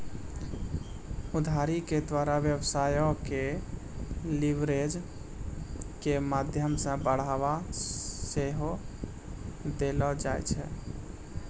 उधारी के द्वारा व्यवसायो के लीवरेज के माध्यमो से बढ़ाबा सेहो देलो जाय छै